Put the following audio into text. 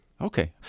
Okay